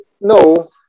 no